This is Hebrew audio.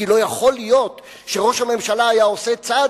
כי לא יכול להיות שראש הממשלה היה עושה צעד